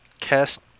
cast